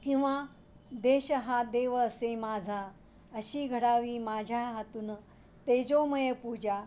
किंवा देश हा देव असे माझा अशी घडावी माझ्या हातून तेजोमय पूजा